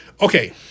Okay